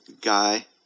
Guy